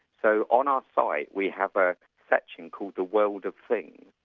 so on our site, we have a section called the world of things,